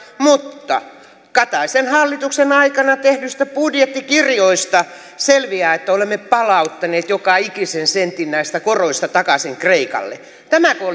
mutta kataisen hallituksen aikana tehdyistä budjettikirjoista selviää että olemme palauttaneet joka ikisen sentin näistä koroista takaisin kreikalle tämäkö oli